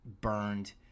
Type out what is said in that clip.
burned